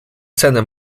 cenę